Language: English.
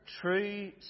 true